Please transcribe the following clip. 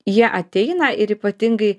jie ateina ir ypatingai